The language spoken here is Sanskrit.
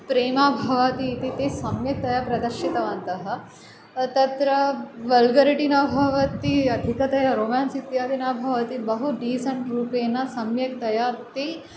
प्रेमा भवति इति ते सम्यक्तया प्रदर्शितवन्तः तत्र वल्गरिटि न भवति अधिकतया रोमान्स् इत्यादि न भवति बहु डीसन्ट् रूपेण सम्यक्तया ते